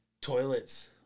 toilets